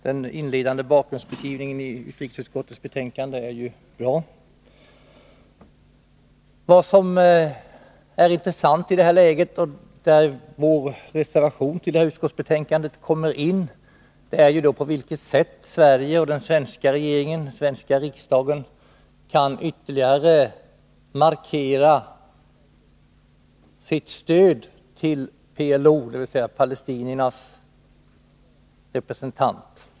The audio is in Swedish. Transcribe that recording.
Den inledande bakgrundsbeskrivningen i utrikesutskottets betänkande är bra. Vad som är intressant — och där vår reservation till detta utskottsbetänkande kommer in i bilden — är på vilket sätt den svenska regeringen och den svenska riksdagen ytterligare kan markera sitt stöd till PLO, dvs. palestiniernas representant.